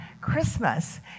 Christmas